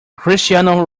cristiano